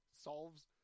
solves